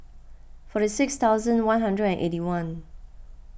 forty six thousand one hundred and eighty one